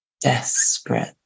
Desperate